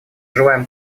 желаем